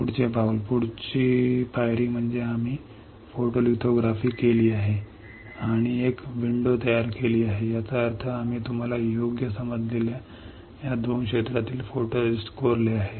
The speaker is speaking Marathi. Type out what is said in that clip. पुढचे पाऊल पुढील पायरी म्हणजे आम्ही फोटोलिथोग्राफी केली आहे आणि एक विंडो तयार केली आहे याचा अर्थ आम्ही तुम्हाला योग्य समजलेल्या या 2 क्षेत्रातील फोटोरेस्टिस्ट कोरले आहे